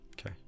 okay